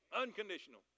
Unconditional